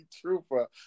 trooper